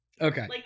Okay